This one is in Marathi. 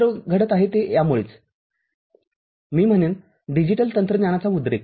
सर्व घडत आहे ते यामुळेच मी म्हणेन डिजिटल तंत्रज्ञानाचा उद्रेक